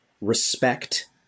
respect